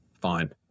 fine